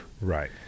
Right